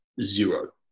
Zero